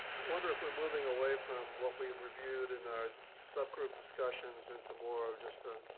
wonder if we're moving away from what we've reviewed in our subgroup discussions, into more of just the